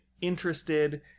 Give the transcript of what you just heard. interested